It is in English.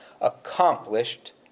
accomplished